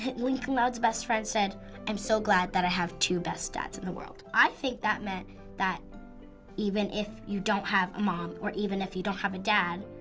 lincoln loud's best friend said i'm so glad that i have two best dads in the world. i think that meant that even if you don't have a mom, or even if you don't have a dad,